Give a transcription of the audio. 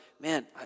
man